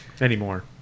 anymore